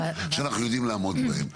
שאנחנו יודעים לעמוד בה.